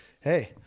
Hey